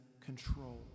control